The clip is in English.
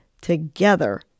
together